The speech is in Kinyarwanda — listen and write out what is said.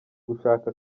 gushaka